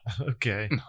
Okay